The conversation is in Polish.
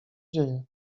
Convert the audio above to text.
dzieje